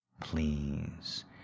please